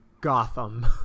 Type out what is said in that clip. Gotham